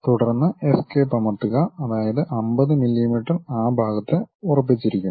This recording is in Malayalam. തുടർന്ന് എസ്കേപ്പ് അമർത്തുക അതായത് 50 മില്ലിമീറ്റർ ആ ഭാഗത്ത് ഉറപ്പിച്ചിരിക്കുന്നു